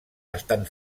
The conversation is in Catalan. estan